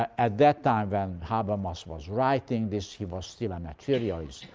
at that time, when habermas was writing this, he was still a materialist.